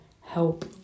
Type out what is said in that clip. help